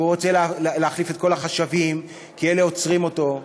הוא רוצה להחליף את כל החשבים כי אלה עוצרים אותו,